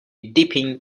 dipping